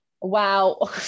Wow